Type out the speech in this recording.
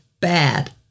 bad